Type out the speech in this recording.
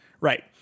right